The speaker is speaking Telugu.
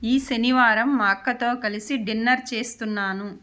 ఈ శనివారం మా అక్కతో కలిసి డిన్నర్ చేస్తున్నాను